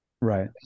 Right